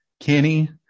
Kenny